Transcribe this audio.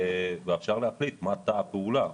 ואפשר להחליט מה תא הפעולה,